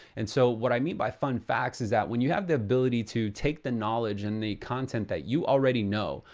and so, what i mean by fun facts is that when you have the ability to take the knowledge and the content that you already know.